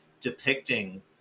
depicting